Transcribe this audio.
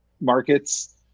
markets